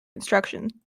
construction